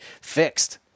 fixed